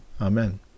Amen